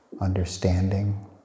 understanding